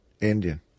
Indian